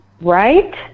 right